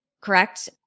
correct